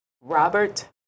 Robert